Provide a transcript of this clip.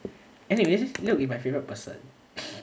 anyways look it's my favourite person